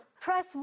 Press